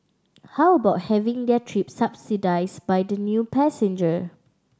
how about having their trip subsidised by the new passenger